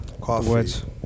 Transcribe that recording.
Coffee